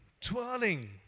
twirling